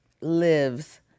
lives